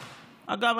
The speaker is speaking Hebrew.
אגב,